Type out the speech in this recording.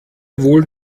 wohl